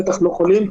בטח לא חולים,